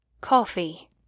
Coffee